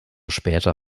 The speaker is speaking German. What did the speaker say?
später